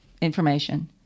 information